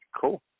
cool